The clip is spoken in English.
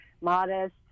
modest